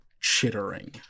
chittering